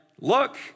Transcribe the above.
look